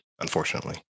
Unfortunately